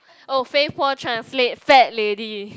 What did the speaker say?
oh fei po translate fat lady